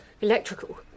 Electrical